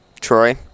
Troy